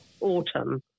autumn